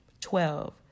Twelve